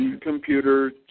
computer